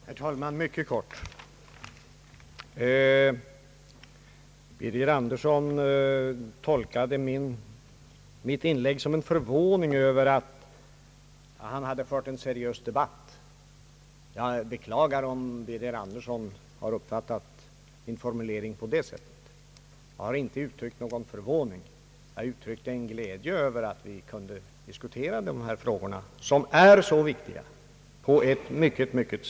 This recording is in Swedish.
Herr talman! Jag skall fatta mig mycket kort. Herr Birger Andersson tolkade mitt inlägg i debatten som ett uttryck för förvåning över att han fört en seriös debatt. Jag beklagar om han uppfattat min formulering på det sättet. Jag har inte uttryckt någon förvåning. Det var i stället glädje över att vi kunde diskutera dessa så viktiga frågor på ett seriöst sätt som mina ord ville förmedla.